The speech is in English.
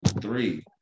Three